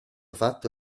fatto